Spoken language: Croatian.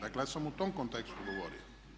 Dakle ja sam u tom kontekstu govorio.